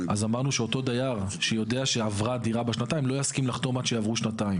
אמרנו שאותו דייר שיודע שעברה דירה לא יסכים לחתום עד שיעברו שנתיים.